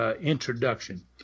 introduction